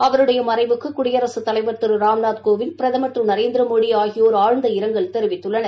அவருடைய மறைவுக்கு குடியரசுத் தலைவா் திரு ராம்நாத்கோவிந்த் பிரதமா் திரு நரேந்திரமோடி ஆகியோர் ஆழ்ந்த இரங்கல் தெரிவித்துள்ளார்